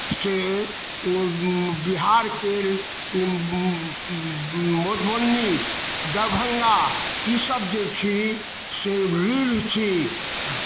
से बिहारके मधुबनी दरभंगा ईसभ जे छी से रीढ़ छी